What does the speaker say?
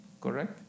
Correct